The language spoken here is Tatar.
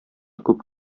күп